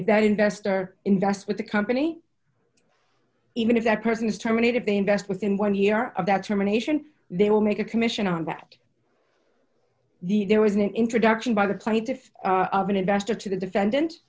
if that investor invest with the company even if that person is terminated they invest within one year of that terminations they will make a commission on that there was an introduction by the plaintiff of an investor to the defendant